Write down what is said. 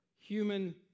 human